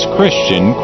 Christian